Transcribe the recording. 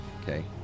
okay